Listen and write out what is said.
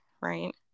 right